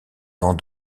vents